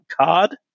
card